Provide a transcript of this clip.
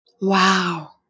Wow